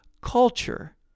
culture